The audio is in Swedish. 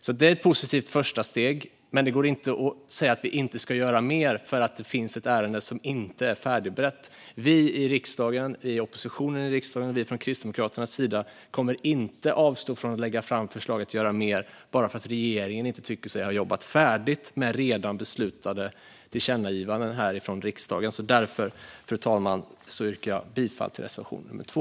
Detta är ett positivt första steg, men det går inte att säga att vi inte ska göra mer eftersom det finns ett ärende som inte är färdigberett. Vi i oppositionen i riksdagen, vi från Kristdemokraterna, kommer inte att avstå från att lägga fram förslaget om att göra mer bara för att regeringen inte tycker sig ha jobbat färdigt med redan beslutade tillkännagivanden från riksdagen. Fru talman! Jag yrkar därför bifall till reservation nr 2.